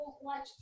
watch